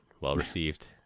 well-received